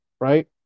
right